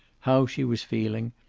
how she was feeling,